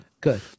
good